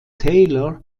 taylor